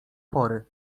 pory